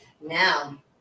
Now